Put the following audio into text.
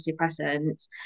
antidepressants